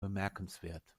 bemerkenswert